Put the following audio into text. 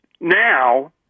now